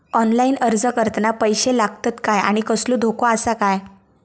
Online अर्ज करताना पैशे लागतत काय आनी कसलो धोको आसा काय?